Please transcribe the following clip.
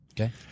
Okay